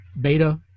beta